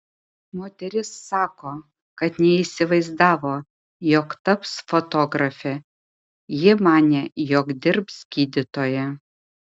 moteris sako kad neįsivaizdavo jog taps fotografe ji manė jog dirbs gydytoja